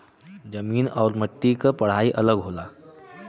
जमीन आउर मट्टी क पढ़ाई अलग होला